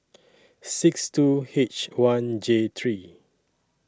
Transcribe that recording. six two H one J three